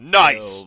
nice